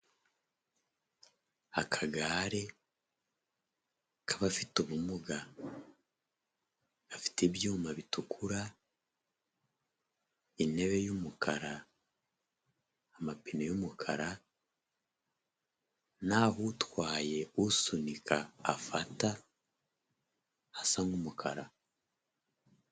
Akagare k'abafite ubumuga gafite ibyuma bitukura intebe yumukara, amapine yumukara, naho utwaye usunika afata hasa nk'umukara.